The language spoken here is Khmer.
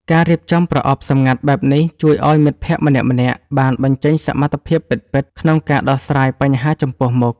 ការរៀបចំប្រអប់សម្ងាត់បែបនេះជួយឱ្យមិត្តភក្តិម្នាក់ៗបានបញ្ចេញសមត្ថភាពពិតៗក្នុងការដោះស្រាយបញ្ហាចំពោះមុខ។